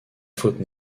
faute